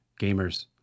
gamers